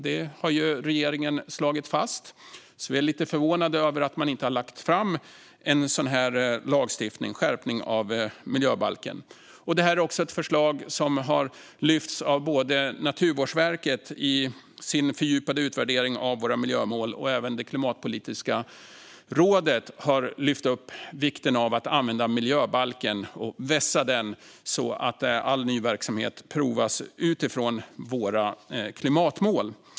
Det har regeringen slagit fast, så vi är lite förvånade över att man inte har lagt fram en sådan här lagstiftning med en skärpning av miljöbalken. Det här är också ett förslag som har lyfts av både Naturvårdsverket i deras fördjupade utvärdering av våra miljömål och Klimatpolitiska rådet, som har lyft upp vikten av att använda miljöbalken och vässa den så att all ny verksamhet prövas utifrån våra klimatmål.